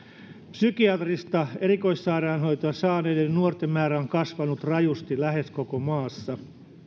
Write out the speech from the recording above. psykiatrista erikoissairaanhoitoa saaneiden nuorten määrä on kasvanut rajusti lähes koko maassa